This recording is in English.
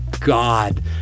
God